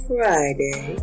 Friday